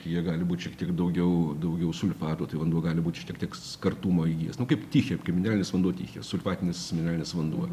jie gali būt šiek tiek daugiau daugiau sulfatų tai vanduo gali būti šiek tiek kartumo įgijęs nu kaip tichė kaip mineralinis vanduo tichė sulfatinis mineralinis vanduo